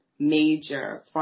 Major